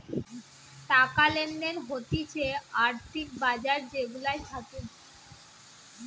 টাকা লেনদেন হতিছে আর্থিক বাজার যে গুলা থাকে